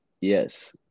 Yes